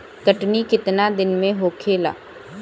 कटनी केतना दिन में होखेला?